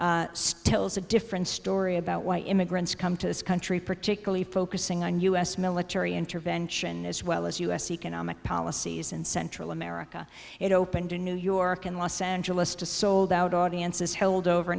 stills a different story about why immigrants come to this country particularly focusing on u s military intervention as well as u s economic policies in central america it opened in new york and los angeles to sold out audiences held over